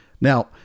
Now